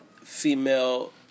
female